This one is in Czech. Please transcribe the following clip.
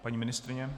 Paní ministryně?